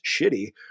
shitty